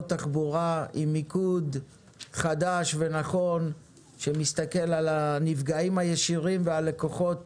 תחבורה עם מיקוד חדש ונכון שמסתכל על הנפגעים הישירים ועל הלקוחות